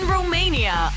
Romania